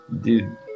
Dude